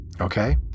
Okay